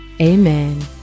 Amen